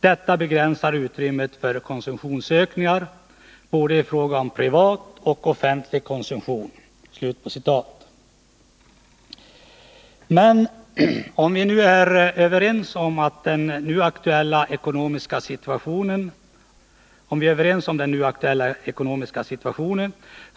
Detta begränsar utrymmet för konsumtionsökningar — både i fråga om privat och offentlig konsumtion.” Men om vi är överens om att det förhåller sig på detta sätt måste vi väl göra något åt den aktuella ekonomiska situationen.